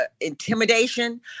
intimidation